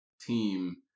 team